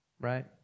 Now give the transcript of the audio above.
right